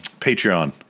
Patreon